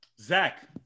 Zach